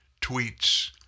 tweets